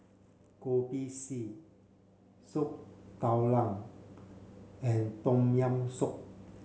Kopi C Soup Tulang and tom yam soup